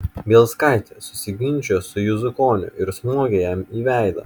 bielskaitė susiginčijo su juzukoniu ir smogė jam į veidą